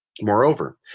Moreover